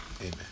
Amen